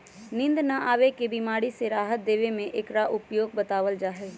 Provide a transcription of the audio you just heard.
नींद न आवे के बीमारी से राहत देवे में भी एकरा उपयोग बतलावल जाहई